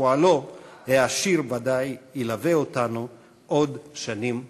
ופועלו העשיר ודאי ילווה אותנו עוד שנים רבות.